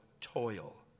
toil